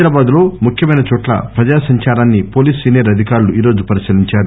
హైదరాబాద్ లో ముఖ్యమైన చోట్ల ప్రజా సంచారాన్ని పోలీసు సీనియర్ అధికారులు ఈరోజు పరిశీలించారు